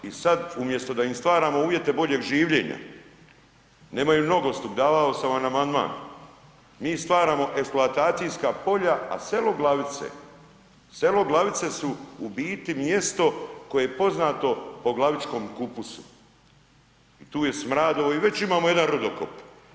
I sad umjesto da im stvaramo uvjete boljeg življenja, nemaju nogostup, davao sam amandman, mi stvaramo eksploatacijska polja, a selo Glavice, selo Glavice su u biti mjesto koje je poznato po glavičkom kupusu i tu je smrad ovo i već imamo jedan rudokop.